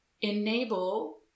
enable